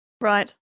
Right